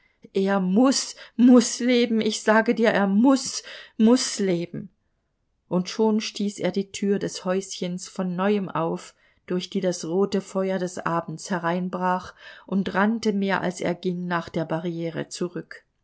er muß muß leben ich sage dir er muß muß leben und schon stieß er die tür des häuschens von neuem auf durch die das rote feuer des abends hereinbrach und rannte mehr als er ging nach der barriere zurück